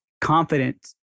confidence